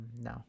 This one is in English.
no